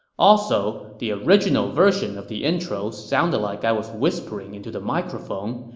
also, the original version of the intro sounded like i was whispering into the microphone,